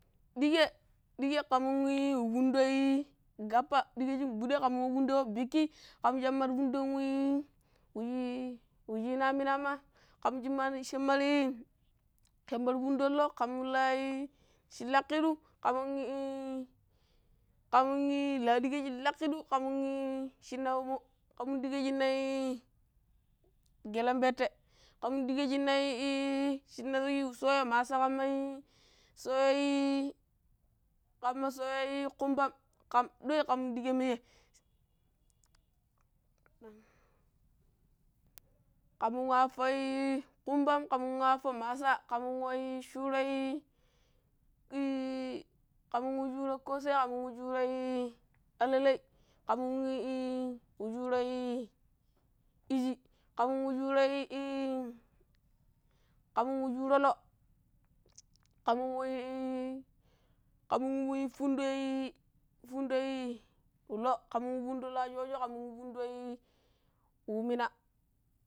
Digai digai kamninii waii fundio gappa diga shi gudai kam nin wa fundo wa bikki kamnin shangar fudon wai waii washina minama kamnin shin lakiɗi kamnin ii ii la digga shin lakkidiu kamnin. Ii shina wanmi kam nin ɗiga shinaii gellen pette kam nin diga shina ii shinna wa soya massa kamaiii soya. Kama soya kunbam ka duai kamnin diga minjire mamnin kamnin wa affo kumbam kamnin wa affo massa kamnin wa shuro iiii kamnin wa shuro kosai kamnin wa shuro ii alalai kamnin wa ii wa shuro ishi kamnin wa shuro ii kamnin wa shuro loo kamnin wa iii kamnin wa fundoii fundoi wu loo kamnin wa fundo looa soojo kamnin wu fundo wu mina.